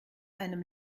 einem